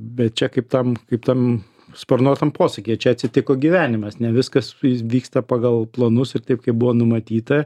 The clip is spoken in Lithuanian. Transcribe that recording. bet čia kaip tam kaip tam sparnuotam posakyje čia atsitiko gyvenimas ne viskas vyksta pagal planus ir taip kaip buvo numatyta